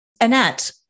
Annette